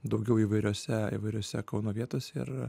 daugiau įvairiose įvairiose kauno vietose ir